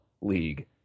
League